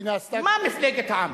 מה מפלגת העם?